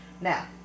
Now